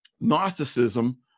Gnosticism